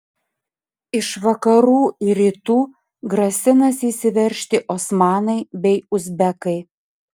iš vakarų ir rytų grasinasi įsiveržti osmanai bei uzbekai